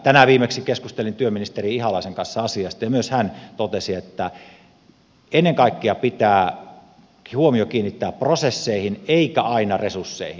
tänään viimeksi keskustelin työministeri ihalaisen kanssa asiasta ja myös hän totesi että ennen kaikkea pitää huomio kiinnittää prosesseihin eikä aina resursseihin